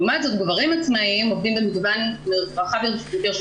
לעומת זאת גברים עצמאיים עובדים במגוון רחב יותר של